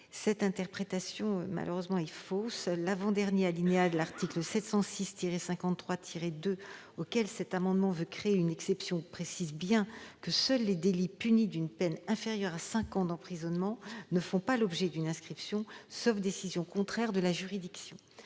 Cette interprétation est fausse : l'avant-dernier alinéa de l'article 706-53-2 prévoit bien que seuls les délits punis d'une peine inférieure à cinq ans d'emprisonnement ne font pas l'objet d'une inscription, sauf décision contraire de la juridiction.